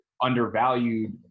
undervalued